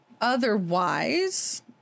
Otherwise